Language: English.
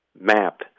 map